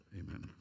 amen